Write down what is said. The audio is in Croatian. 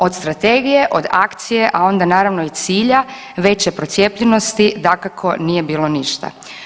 Od strategije, od akcije, a onda naravno i cilja veće procijepljenosti dakako nije bilo ništa.